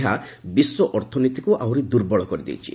ଏହା ବିଶ୍ୱ ଅର୍ଥନୀତିକୁ ଆହୁରି ଦୁର୍ବଳ କରିଦେଇଛି